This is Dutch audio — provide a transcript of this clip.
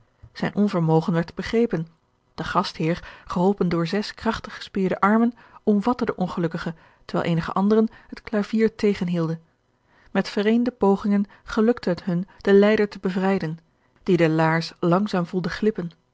zijn onvermogen werd begrepen de gastheer geholpen door zes krachtig gespierde armen omvatte den ongelukkige terwijl eenige anderen het klavier tegenhielden met vereende pogingen gelukte het hun den lijder te bevrijden die de laars langzaam voelde glippen